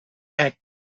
edge